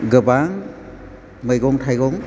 गोबां मैगं थाइगं